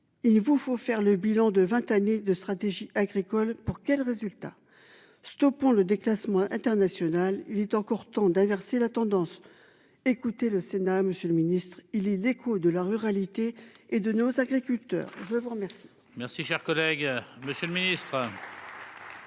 Il vous faut faire le bilan de 20 années de stratégie agricole pour quel résultat stoppons le déclassement international il est encore temps d'inverser la tendance. Écoutez, le Sénat, Monsieur le Ministre, ils les échos de la ruralité et de nos agriculteurs. Je vous remercie. Merci, cher collègue, Monsieur le Ministre.